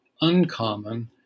uncommon